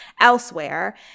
elsewhere